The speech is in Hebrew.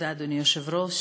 אדוני היושב-ראש,